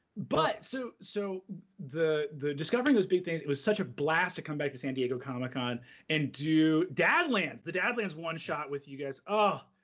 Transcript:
but so so the the discovering was big things. it was such a blast to come back to san diego comic-con and do dadlands, the dadlands one shot with you guys. ah